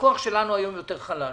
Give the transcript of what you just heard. הכוח שלנו היום הוא יותר חלש